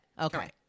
Okay